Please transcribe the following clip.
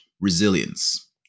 resilience